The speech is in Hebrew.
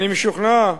אני משוכנע,